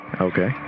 Okay